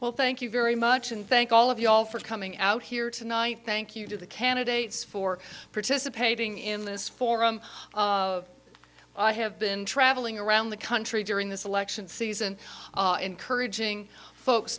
well thank you very much and thank all of you all for coming out here tonight thank you to the candidates for participating in this forum i have been traveling around the country during this election season encouraging folks